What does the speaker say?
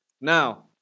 Now